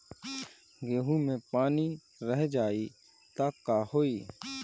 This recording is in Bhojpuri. गेंहू मे पानी रह जाई त का होई?